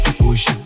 push